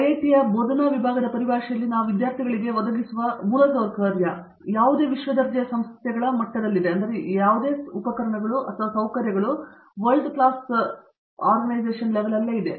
ಐಐಟಿಯಲ್ಲಿ ಬೋಧನಾ ವಿಭಾಗದ ಪರಿಭಾಷೆಯಲ್ಲಿ ನಾವು ವಿದ್ಯಾರ್ಥಿಗಳಿಗೆ ಒದಗಿಸುವ ಮೂಲಸೌಕರ್ಯ ಯಾವುದೇ ವಿಶ್ವದರ್ಜೆಯ ಸಂಸ್ಥೆಗಳ ಮಟ್ಟದಲ್ಲಿದೆ